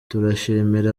turashimira